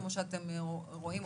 כמו שאתם רואים,